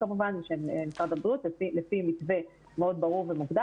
ומשרד הבריאות לפי מתווה מאוד ברור ומוגדר.